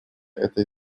этой